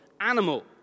animal